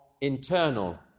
internal